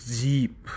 deep